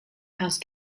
house